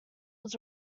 was